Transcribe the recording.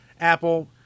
Apple